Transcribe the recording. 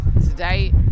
today